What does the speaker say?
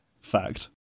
Fact